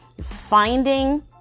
finding